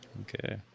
Okay